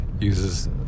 uses